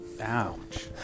Ouch